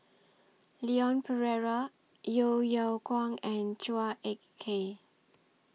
Leon Perera Yeo Yeow Kwang and Chua Ek Kay